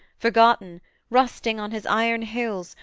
forgotten, rusting on his iron hills,